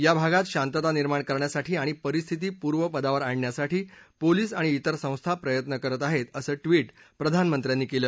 या भागात शांतता निर्माण करण्यासाठी आणि परिस्थिती पूर्वपदावर आणण्यासाठी पोलिस आणि तिर संस्था प्रयत्न करत आहेत असं ट्वीट प्रधानमंत्र्यांनी केलं